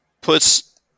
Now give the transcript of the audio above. puts